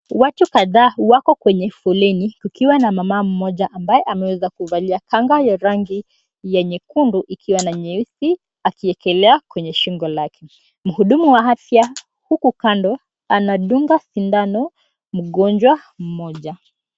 Watu kadhaa wako kwenye fuleni kukiwa na mama mmoja ambaye ameweza kuvalia kanga ya rangi ya nyekundu ikiwa na nyeusi akiekela kwenye shingo lake. Mhudumu wa afya huku kando anadunga sindano mgonjwa mmoja.